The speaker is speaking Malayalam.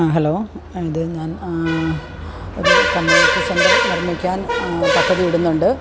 ഹലോ ഇത് ഞാൻ ഒരു കമ്മ്യൂണിറ്റി സെന്റർ നിർമ്മിക്കാൻ പദ്ധതിയിടുന്നുണ്ട്